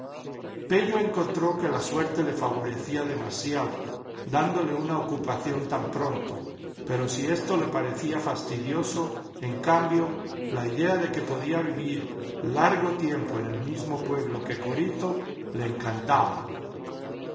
pello encontró que la suerte le favorecía demasiado dándole una ocupación tan pronto pero si esto casi le parecía fastidioso en cambio la idea de que podía vivir largo tiempo en el mismo pueblo que corito le encantaba